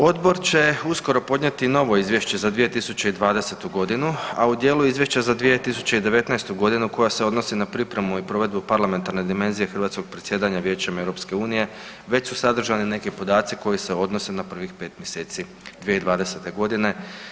Odbor će uskoro podnijeti novo izvješće za 2020. godinu, a u dijelu izvješća za 2019. godinu koja se odnosi na pripremu i provedbu parlamentarne dimenzije hrvatskog predsjedanja Vijećem EU već su sadržani neki podaci koji se odnose na prvih 5 mjeseci 2020.-te godine.